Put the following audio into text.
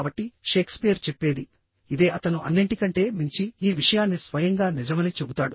కాబట్టి షేక్స్పియర్ చెప్పేది ఇదేఅతను అన్నింటికంటే మించి ఈ విషయాన్ని స్వయంగా నిజమని చెబుతాడు